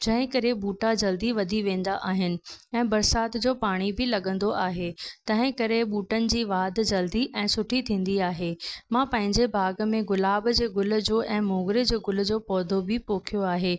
जंहिं करे ॿूटा जल्दी वधी वेंदा आहिनि ऐं बरसाति जो पाणी बि लॻंदो आहे तंहिं करे ॿूटनि जी वाधि जल्दी ऐं सुठी थींदी आहे मां पंहिंजे बाग़ में गुलाब जे गुल जो ऐं मोगिरे जे गुल जो पौधो बि पोखियो आहे